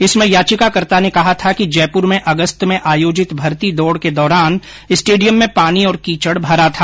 इसमें याचिकाकर्ता ने कहा था कि जयपुर में अगस्त में आयोजित भर्ती दौड के दौरान स्टेडियम में पानी और कीचड भरा था